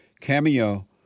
Cameo